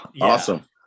awesome